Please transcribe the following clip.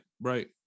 right